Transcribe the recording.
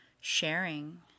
sharing